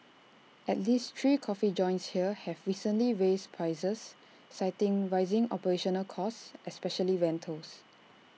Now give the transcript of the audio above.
at least three coffee joints here have recently raised prices citing rising operational costs especially rentals